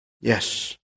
Yes